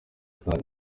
kanyu